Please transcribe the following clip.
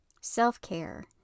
self-care